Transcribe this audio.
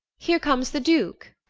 here comes the duke.